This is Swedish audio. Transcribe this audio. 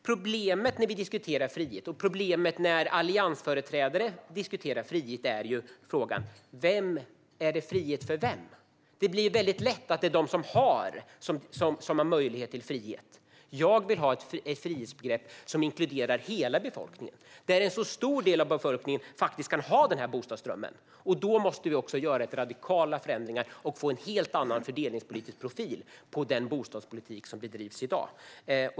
Problemet när vi diskuterar frihet och när alliansföreträdare diskuterar frihet är: Frihet för vem? Det blir väldigt lätt att det är de som har som har möjlighet till frihet. Jag vill ha ett frihetsbegrepp som inkluderar hela befolkningen, där en stor del av befolkningen kan ha bostadsdrömmen. Då måste vi göra radikala förändringar och få en helt annan fördelningspolitisk profil på den bostadspolitik som bedrivs i dag.